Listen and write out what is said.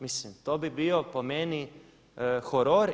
Mislim, to bi bio po meni horor.